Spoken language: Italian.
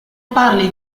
parli